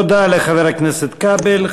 תודה לחבר הכנסת כבל.